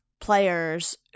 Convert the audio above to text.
players